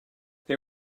they